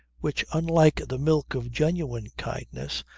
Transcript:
which, unlike the milk of genuine kindness,